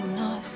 no